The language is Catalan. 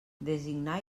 designar